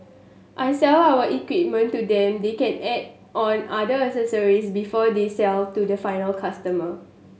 I sell our equipment to them they can add on other accessories before they sell to the final customer